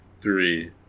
three